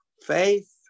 faith